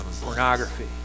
pornography